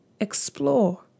explore